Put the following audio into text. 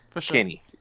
Kenny